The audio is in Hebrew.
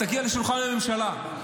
תגיע לשולחן הממשלה.